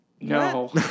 No